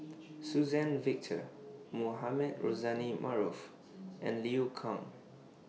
Suzann Victor Mohamed Rozani Maarof and Liu Kang